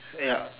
ya